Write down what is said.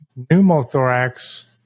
pneumothorax